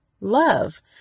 love